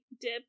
dip